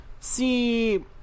see